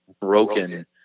broken